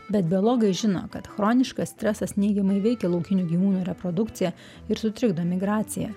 bet biologai žino kad chroniškas stresas neigiamai veikia laukinių gyvūnų reprodukciją ir sutrikdo migraciją